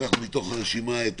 לקחנו מהרשימה את